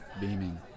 Beaming